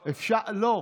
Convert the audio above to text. לא.